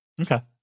Okay